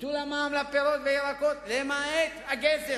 ביטול מע"מ על פירות וירקות למעט העגבניות,